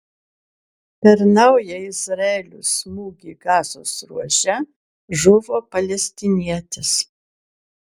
per naują izraelio smūgį gazos ruože žuvo palestinietis